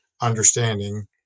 understanding